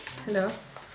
hello